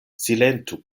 silentu